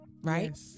right